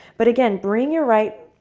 but again bring your right